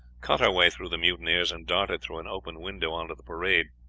cut our way through the mutineers, and darted through an open window on to the parade.